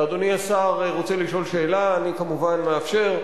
אדוני השר רוצה לשאול שאלה, אני כמובן מאפשר.